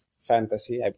Fantasy